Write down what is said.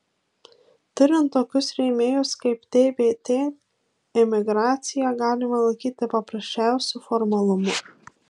turint tokius rėmėjus kaip tbt imigraciją galima laikyti paprasčiausiu formalumu